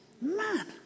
Man